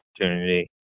opportunity